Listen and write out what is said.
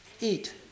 eat